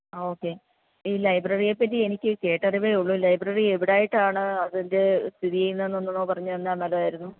okay ഈ ലൈബ്രറിയെ പറ്റി എനിക്ക് കേട്ടറിവേയുള്ളൂ ലൈബ്രറി എവിടെയായിട്ടാണ് അതിന്റെ സ്ഥിതി ചെയ്യുന്നതെന്നൊന്നു പറഞ്ഞു തന്നാൽ നല്ലതായിരുന്നു